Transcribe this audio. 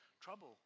trouble